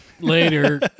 later